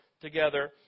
together